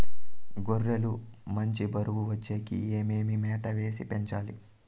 గొర్రె లు మంచి బరువు వచ్చేకి ఏమేమి మేత వేసి పెంచాలి?